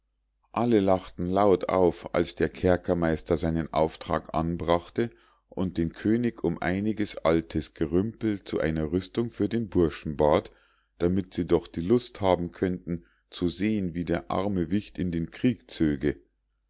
alle lachten laut auf als der kerkermeister seinen auftrag anbrachte und den könig um einiges altes gerümpel zu einer rüstung für den burschen bat damit sie doch die lust haben könnten zu sehen wie der arme wicht in den krieg zöge